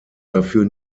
dafür